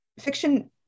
fiction